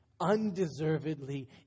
undeservedly